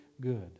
good